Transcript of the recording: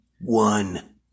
one